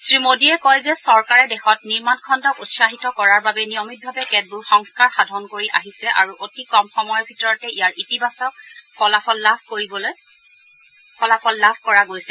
শ্ৰীমোদীয়ে কয় যে চৰকাৰে দেশত নিৰ্মাণ খণ্ডক উৎসাহিত কৰাৰ বাবে নিয়মিতভাৱে কেতবোৰ সংস্কাৰ সাধন কৰি আহিছে আৰু অতি কম সময়ৰ ভিতৰতে ইয়াৰ ইতিবাচক ফলাফল লাভ কৰা গৈছে